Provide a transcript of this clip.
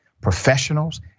professionals